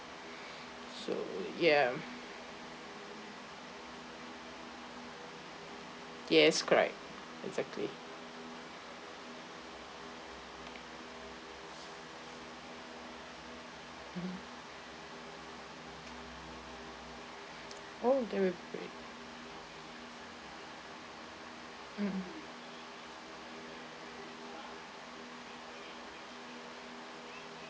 so ya yes correct exactly mmhmm oh that'll be great mm um